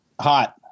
Hot